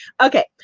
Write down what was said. Okay